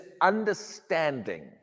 understanding